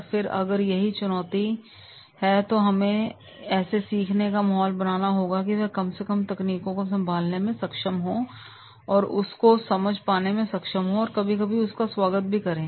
और फिर अगर यही चुनौती है तो हमें ऐसे सीखने का माहौल बनाना होगा कि वह कम से कम तकनीकों को संभालने में सक्षम हो या उसको समझ पाने में सक्षम हो और कभी कभी उसका स्वागत भी करें